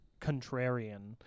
contrarian